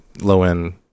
low-end